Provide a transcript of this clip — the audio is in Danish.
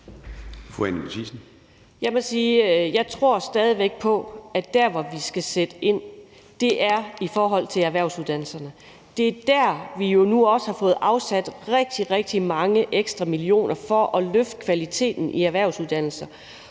Jeg tror stadig væk på, at der, hvor vi skal sætte ind, er i forhold til erhvervsuddannelserne. Det er der, vi jo nu også har fået afsat rigtig, rigtig mange ekstra millioner for at løfte kvaliteten af erhvervsuddannelser,